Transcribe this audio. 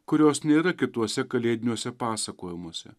kurios nėra kituose kalėdiniuose pasakojimuose